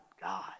God